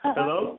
Hello